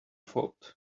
fault